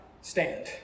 stand